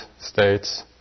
states